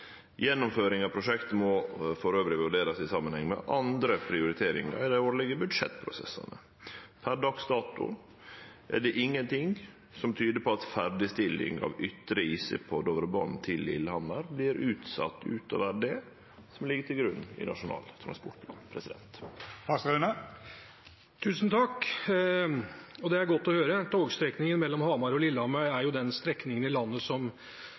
av prosjektet må elles vurderast i samanheng med andre prioriteringar i dei årlege budsjettprosessane. Per dags dato er det ingenting som tyder på at ferdigstilling av ytre intercity på Dovrebanen til Lillehammer vert utsett utover det som ligg til grunn i Nasjonal transportplan. Tusen takk. Det er godt å høre. Togstrekningen mellom Hamar og Lillehammer er den strekningen i landet som